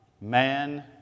man